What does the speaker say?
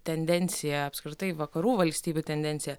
tendencija apskritai vakarų valstybių tendencija